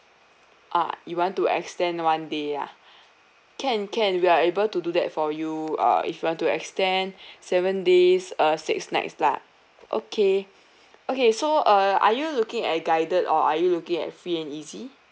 ah you want to extend one day ah can can we are able to do that for you uh if you want to extend seven days uh six nights lah okay okay so uh are you looking at guided or are you looking at free and easy